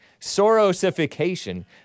Sorosification